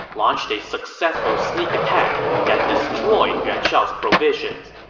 launched a successful sneak attack that destroyed yuan shao's provisions.